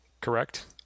correct